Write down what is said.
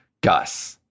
Gus